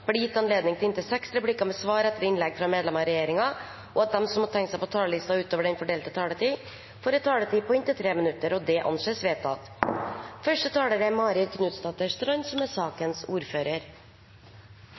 blir gitt anledning til inntil seks replikker med svar etter innlegg fra medlemmer av regjeringen, og at de som måtte tegne seg på talerlisten utover den fordelte taletid, får en taletid på inntil 3 minutter. – Det anses vedtatt.